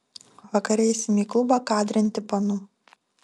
vakare eisim į klubą kadrinti panų